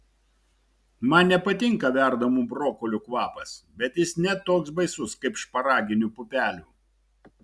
man nepatinka verdamų brokolių kvapas bet jis ne toks baisus kaip šparaginių pupelių